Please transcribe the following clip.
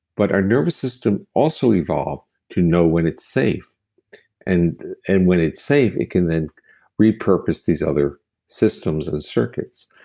but our nervous system also evolved to know when it's safe and and when it's safe, it can then repurpose these other systems and circuits.